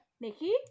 Nikki